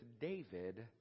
David